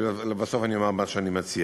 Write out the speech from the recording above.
כידוע, הוקמה גם ועדת חקירה